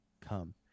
come